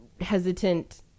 hesitant